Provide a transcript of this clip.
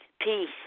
Peace